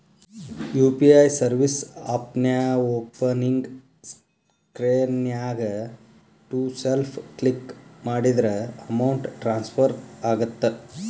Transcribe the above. UPI service ಆಪ್ನ್ಯಾಓಪನಿಂಗ್ ಸ್ಕ್ರೇನ್ನ್ಯಾಗ to self click ಮಾಡಿದ್ರ ಅಮೌಂಟ್ ಟ್ರಾನ್ಸ್ಫರ್ ಆಗತ್ತ